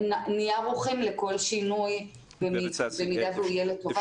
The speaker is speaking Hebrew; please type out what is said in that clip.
נהיה ערוכים לכל שינוי במידה והוא יהיה לטובה כמובן.